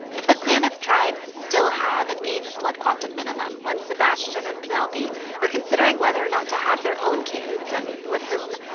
if the klamath tribes still have an eighth blood quantum minimum when sebastian and penelope are considering whether or not to have their own kids and with whom,